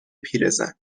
پیرزن